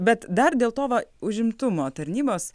bet dar dėl to va užimtumo tarnybos